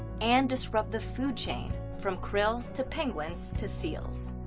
and disrupt the food chain. from krill, to penguins, to seals.